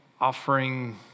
Offering